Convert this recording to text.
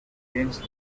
against